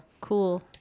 cool